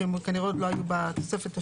כשכנראה עוד לא היו בתוספת השנייה.